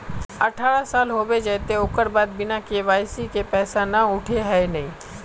अठारह साल होबे जयते ओकर बाद बिना के.वाई.सी के पैसा न उठे है नय?